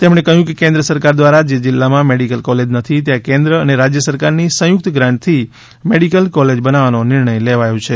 તેમણે કહ્યું કે કેન્દ્ર સરકાર દ્વારા જે જિલ્લામાં મેડીકલ કોલેજ નથી ત્યાં કેન્દ્ર અને રાજ્યસરકારની સંયુક્ત ગ્રાન્ટથી મેડીકલ કોલેજ બનાવવાનો નિર્ણય લેવાયો છે